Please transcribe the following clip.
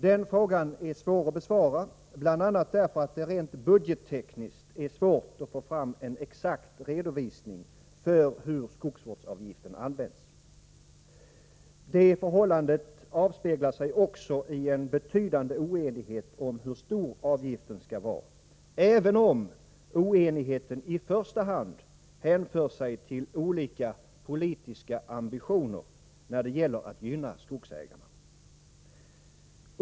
Den frågan är svår att besvara, bl.a. därför att det rent budgettekniskt är svårt att få fram en exakt redovisning av hur skogsvårdsavgiften används. Detta förhållande avspeglar sig också i en betydande oenighet om hur stor avgiften skall vara — även om oenigheten i första hand hänför sig till olika politiska ambitioner när det gäller att gynna skogsägarna.